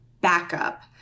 backup